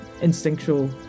instinctual